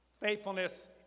Faithfulness